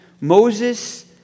Moses